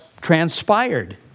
transpired